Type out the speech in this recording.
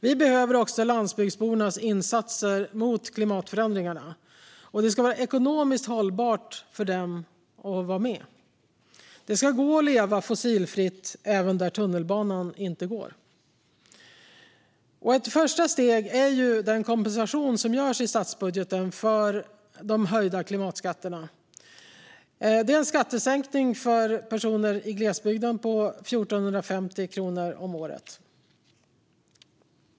Vi behöver också landsbygdsbornas insatser mot klimatförändringarna, och det ska vara ekonomiskt hållbart för dem att vara med. Det ska gå att leva fossilfritt även där tunnelbanan inte går. Ett första steg är den kompensation som görs i statsbudgeten för de höjda klimatskatterna. Det är en skattesänkning för personer i glesbygden på 1 450 kronor om året.